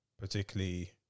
particularly